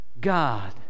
God